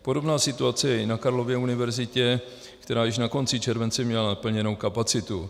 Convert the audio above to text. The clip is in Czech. Podobná situace je na Karlově univerzitě, která již na konci července měla naplněnou kapacitu.